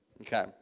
Okay